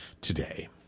today